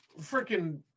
Freaking